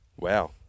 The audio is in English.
Wow